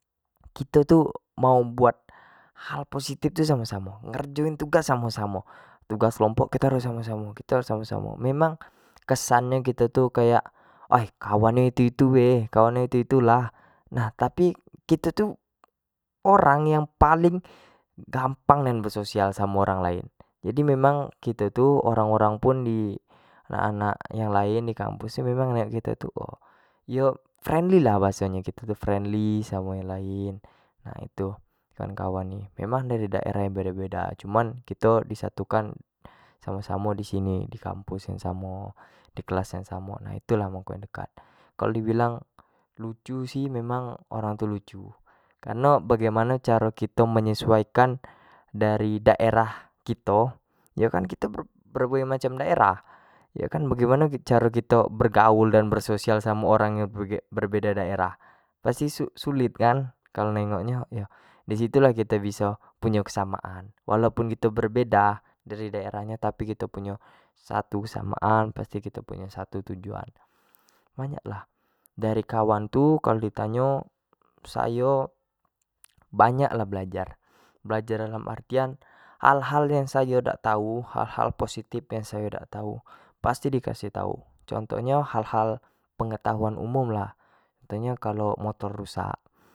Kito tu mau buat hal positif tu samo-samo, ngerjoin tugas tu samo-samo, tugas kelompok tu samo-samo, harus samo-samo, memang kesan nyo tu kayak ai kawan nyo tu itu-itu bae, kayak itu-itu lah tapi, kito tu orang yang paling, gampang nian be sosial samo orang lain, jadi memang kito tu orang-orang pun, di anak-anak yang lain di kampus tu memang nengok kito jugo, yo friendly bahaso nyo kaan, friendly samo yang lain, nah itu kawan-kawan ni, memang dari daerah-daerah yang beda-beda memang cuman kito di satu kan samo-samo disini, di kampusyang amo, di kelas yang samo itu lah mako nyo kan kalau di bilanng lucu sih memang orang tu lucu, kareno, bagaimano caro kito menyesuaikan dari daerah kito yo kan, kito berbagai macam daerah yo kan bagaimano caro kito bergaul, caro kito bersoailaisasi samo orang yang berebedo daerah pasti sulit kan kalau nengok nyo yah, di situ lah kito biso punyo kesamaan walaupun kito berbeda daerah nyo tapi kito tu punyo satu tujuan banyak lah dari kawan tu kalau di tanyo sayo banyak lah belajar, belajar dalam artian hal-hal yang sayo dak tua, hal-hal positif yang sayo dak tau pasti di kasih tau contoh nyo hal-hal pengetahuan umum lah, misal nyo kalo motor rusak.